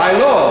עלי לא,